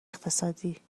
اقتصادی